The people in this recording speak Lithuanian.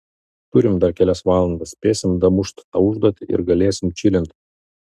turim dar kelias valandas spėsim damušt tą užduotį ir galėsim čilint